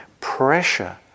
pressure